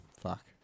Fuck